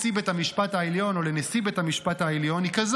בית המשפט העליון או לנשיא בית המשפט העליון היא כזו.